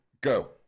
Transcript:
go